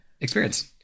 experience